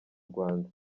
rwanda